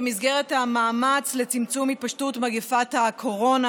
במסגרת המאמץ לצמצום התפשטות מגפת הקורונה